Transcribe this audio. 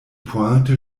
pointe